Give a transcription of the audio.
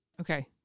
Okay